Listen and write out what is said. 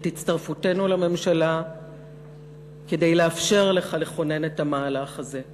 הצטרפותנו לממשלה כדי לאפשר לך לכונן את המהלך הזה.